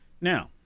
Now